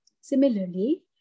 Similarly